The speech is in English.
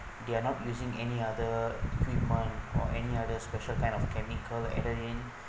they are not using any other equipment or any other special kind of chemical added in